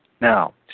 Now